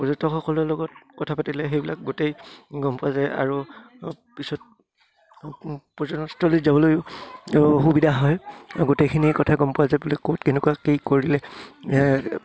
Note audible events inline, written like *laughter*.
পৰ্যটকসকলৰ লগত কথা পাতিলে সেইবিলাক গোটেই গম পোৱা যায় আৰু পিছত পৰ্যটনস্থলীত যাবলৈও সুবিধা হয় গোটেইখিনি কথা গম পোৱা যায় *unintelligible*